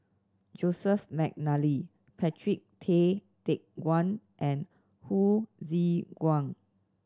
Joseph McNally Patrick Tay Teck Guan and Hsu Tse Kwang